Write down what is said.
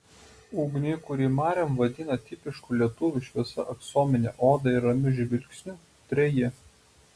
ugniui kurį mariam vadina tipišku lietuviu šviesia aksomine oda ir ramiu žvilgsniu treji